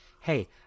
Hey